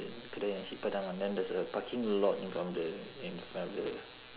kedai nasi padang then there's a parking lot in from the in front of the